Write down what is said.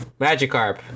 Magikarp